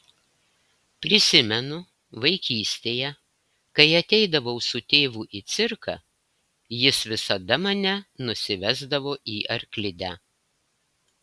prisimenu vaikystėje kai ateidavau su tėvu į cirką jis visada mane nusivesdavo į arklidę